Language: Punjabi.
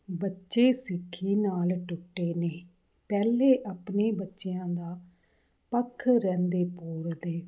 ਬੱਚੇ ਸਿੱਖੀ ਨਾਲ ਟੁੱਟੇ ਨੇ ਪਹਿਲੇ ਆਪਣੇ ਬੱਚਿਆਂ ਦਾ ਪੱਖ ਰਹਿੰਦੇ ਬੋਲਦੇ